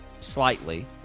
slightly